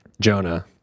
Jonah